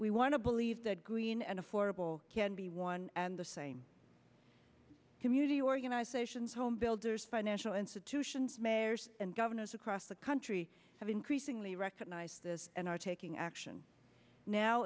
we want to believe that green and affordable can be one and the same community organizer sation homebuilders financial institutions mayors and governors across the country have increasingly recognize this and are taking action now